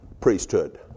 priesthood